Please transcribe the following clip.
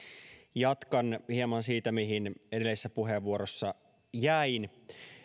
jatkan hieman siitä mihin edellisessä puheenvuorossani jäin